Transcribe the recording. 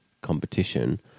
competition